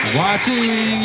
watching